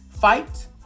fight